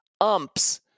umps